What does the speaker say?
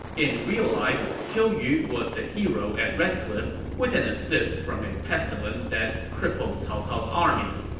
in real life, zhou yu was the hero at red cliff, with an assist from a pestilence that crippled cao cao's army.